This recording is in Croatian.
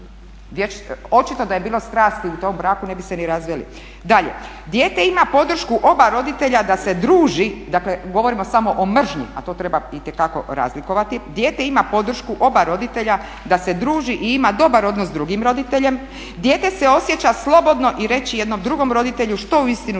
Očito da je bilo strasti u tom braku ne bi se ni razveli. Dalje. Dijete ima podršku oba roditelja da se druži, dakle govorimo samo o mržnji, a to treba itekako razlikovati, dijete ima podršku oba roditelja da se druži i ima dobar odnos s drugim roditeljem. Dijete se osjeća slobodno i reći jednom, drugom roditelju što uistinu